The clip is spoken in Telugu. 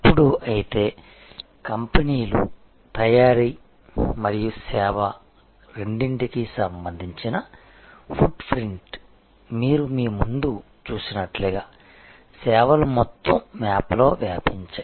ఇప్పుడు అయితే కంపెనీలు తయారీ మరియు సేవ రెండింటికి సంబంధించిన ఫుట్ప్రింట్ మీరు మీ ముందు చూసినట్లుగా సేవలు మొత్తం మ్యాప్లో వ్యాపించాయి